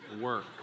work